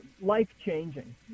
life-changing